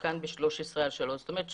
הוא עודכן בתמ"א 13/3. זאת אומרת,